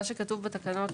מה שכתוב בתקנות,